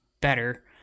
better